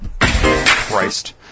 Christ